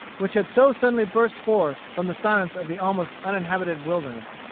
which had so suddenly burst forth from the silence of the almost uninhabited wilderness.